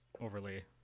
overlay